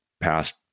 past